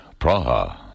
Praha